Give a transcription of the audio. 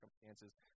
circumstances